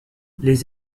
les